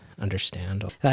understand